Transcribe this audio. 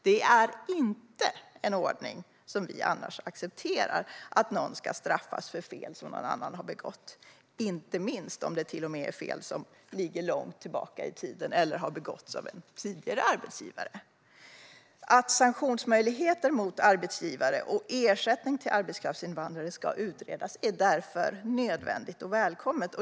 Det är inte en ordning som vi annars accepterar att någon ska straffas för fel som någon annan har begått - framför allt inte om det är fel som ligger långt tillbaka i tiden eller har begåtts av en tidigare arbetsgivare. Att sanktionsmöjligheter mot arbetsgivare och ersättning till arbetskraftsinvandrare utreds är därför nödvändigt och välkommet.